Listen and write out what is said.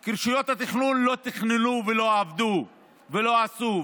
כי רשויות התכנון לא תכננו, לא עבדו ולא עשו?